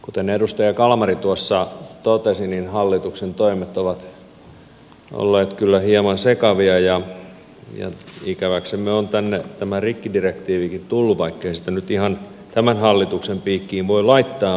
kuten edustaja kalmari tuossa totesi niin hallituksen toimet ovat olleet kyllä hieman sekavia ja ikäväksemme on tänne tämä rikkidirektiivikin tullut vaikkei sitä nyt ihan tämän hallituksen piikkiin voi laittaa